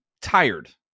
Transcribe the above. tired